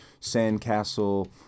sandcastle